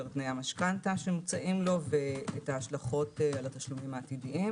את תנאי המשכנתא שמוצעים לו ואת ההשלכות על התשלומים העתידיים